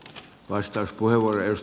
herra puhemies